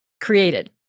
created